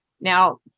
Now